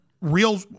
real